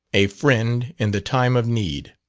a friend in the time of need,